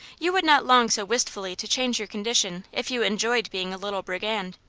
you would not long so wistfully to change your condition if you enjoyed being a little brigand.